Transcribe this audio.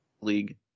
League